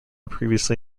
previously